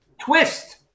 Twist